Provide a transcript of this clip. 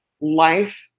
life